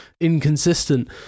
inconsistent